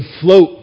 float